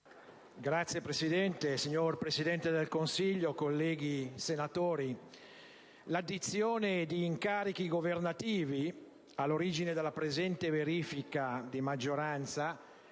Signor Presidente, signor Presidente del Consiglio, colleghi senatori, l'addizione di incarichi governativi, all'origine della presente verifica di maggioranza,